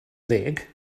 ddeg